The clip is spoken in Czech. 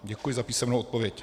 Děkuji za písemnou odpověď.